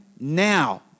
now